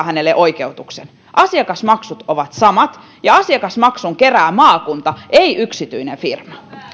hänelle oikeutuksen asiakasmaksut ovat samat ja asiakasmaksun kerää maakunta ei yksityinen firma